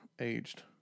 aged